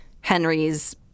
Henry's